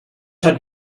had